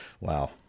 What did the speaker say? Wow